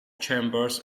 chambers